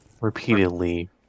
repeatedly